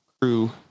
crew